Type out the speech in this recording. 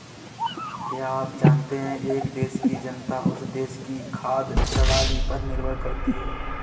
क्या आप जानते है एक देश की जनता उस देश की खाद्य प्रणाली पर निर्भर करती है?